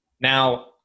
Now